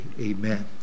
amen